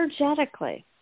energetically